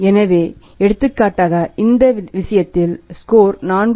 எனவே எடுத்துக்காட்டாக இந்த விஷயத்தில் ஸ்கோர் 4